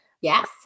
Yes